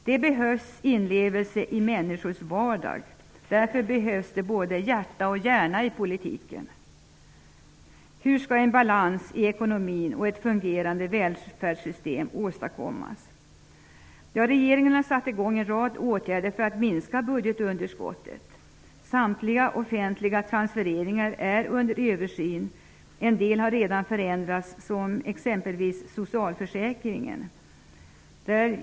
Det behövs inlevelse i människors vardag. Därför behövs det både hjärta och hjärna i politiken. Hur skall balans i ekonomin och ett fungerande välfärdssystem åstadkommas? Regeringen har vidtagit en rad åtgärder för att minska budgetunderskottet. Samtliga offentliga transfereringar är under översyn. En del har redan förändrats, exempelvis socialförsäkringen.